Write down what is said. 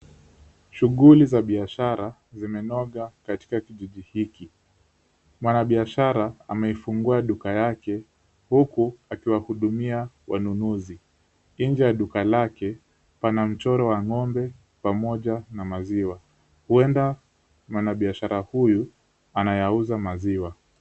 Shughuli za biashara zimenoga katika kijiji hiki, mwanabiashara ameifungua duka yake huku akiwahudumia wanunuzi, nje ya duka lake pana mchoro wa ng'ombe pamoja na maziwa, huenda mwanabiashara huyu anayauza maziwa.